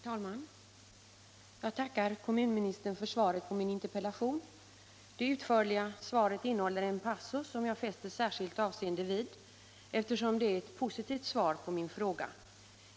Herr talman! Jag tackar kommunministern för svaret på min interpellation. Det utförliga svaret innehåller en passus som jag fäster särskilt avseende vid, eftersom det är ett positivt svar på min fråga.